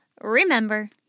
remember